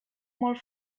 molt